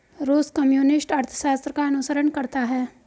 रूस कम्युनिस्ट अर्थशास्त्र का अनुसरण करता है